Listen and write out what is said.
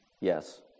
Yes